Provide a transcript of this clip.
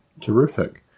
Terrific